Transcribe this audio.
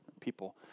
people